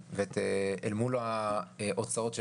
אנחנו לא מכירים את האלטרנטיבות כמו שהוצגו